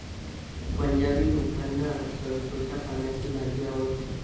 पंजाबी लोकांना सरसोंच्या पानांची भाजी आवडते